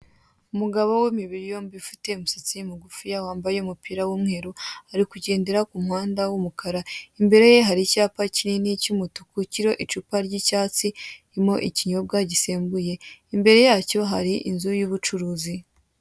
Umugabo w'imibiri yombi ufite umusatsi mugufiya wambaye umupira w'umweru ari kugendera ku muhanda w'umukara. Imbere ye hari icyapa kinini cy'umutuku kiriho icupa ry'icyatsi ririmo ikinyobwa gisembuye. Imbere yacyo hari inzu y'ubucuruzi.